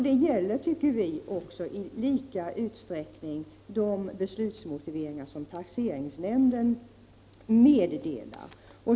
Det gäller, tycker vi, i samma utsträckning de beslutsmotiveringar som taxeringsnämnden meddelar.